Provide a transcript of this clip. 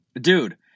Dude